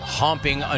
humping